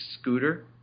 scooter